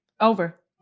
Over